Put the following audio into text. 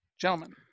Gentlemen